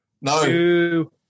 No